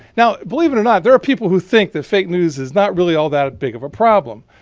now, believe it or not, there are people who think that fake news is not really all that big of a problem.